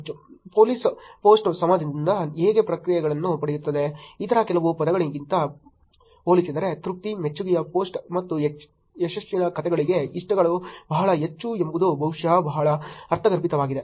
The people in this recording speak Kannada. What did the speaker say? ಪೊಲೀಸ್ ಪೋಸ್ಟ್ ಸಮಾಜದಿಂದ ಹೇಗೆ ಪ್ರತಿಕ್ರಿಯೆಗಳನ್ನು ಪಡೆಯುತ್ತದೆ ಇತರ ಕೆಲವು ಪದಗಳಿಗಿಂತ ಹೋಲಿಸಿದರೆ ತೃಪ್ತಿ ಮೆಚ್ಚುಗೆಯ ಪೋಸ್ಟ್ ಮತ್ತು ಯಶಸ್ಸಿನ ಕಥೆಗಳಿಗೆ ಇಷ್ಟಗಳು ಬಹಳ ಹೆಚ್ಚು ಎಂಬುದು ಬಹುಶಃ ಬಹಳ ಅರ್ಥಗರ್ಭಿತವಾಗಿದೆ